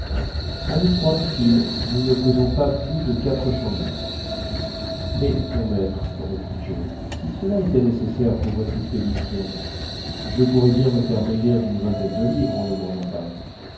a nous trois dit-il nous ne pesons pas plus de quatre cents livres mais mon maître reprit joe si cela était nécessaire pour votre expédition je pourrais bien me faire maigrir d'une vingtaine de livres en ne mangeant pas